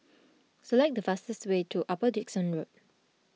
select the fastest way to Upper Dickson Road